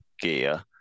gear